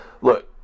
Look